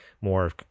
more